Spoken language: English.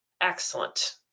excellent